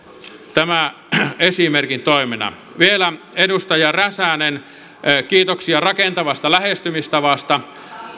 tämä esimerkkitoimena vielä edustaja räsänen kiitoksia rakentavasta lähestymistavasta